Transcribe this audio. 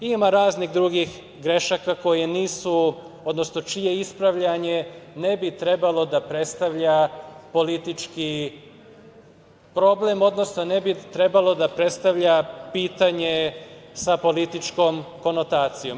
Ima raznih drugih grešaka koje nisu, odnosno čije ispravljanje ne bi trebalo da prestavlja politički problem, odnosno ne bi trebalo da predstavlja pitanje sa političkom konotacijom.